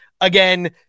Again